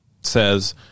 says